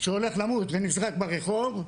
שהולך למות ונזרק ברחוב,